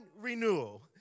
renewal